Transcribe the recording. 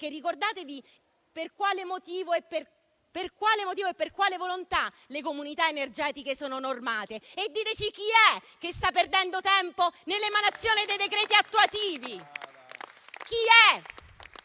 Ricordatevi per quale motivo e per quale volontà le comunità energetiche sono normate e diteci chi è che sta perdendo tempo nell'emanazione dei decreti attuativi.